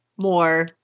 more